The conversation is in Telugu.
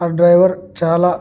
ఆ డ్రైవర్ చాలా